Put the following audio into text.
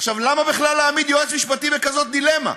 עכשיו, למה בכלל להעמיד יועץ משפטי בדילמה כזאת?